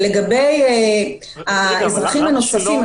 לגבי האזרחים הנוספים,